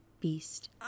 beast